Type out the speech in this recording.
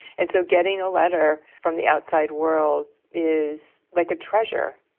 and so getting a letter from the outside world is like a treasure.